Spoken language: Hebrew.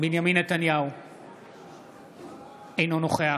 אינו נוכח